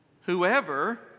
whoever